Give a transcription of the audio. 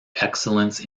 excellence